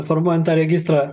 formuojant tą registrą